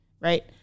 right